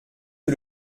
que